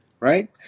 Right